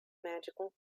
magical